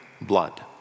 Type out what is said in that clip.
blood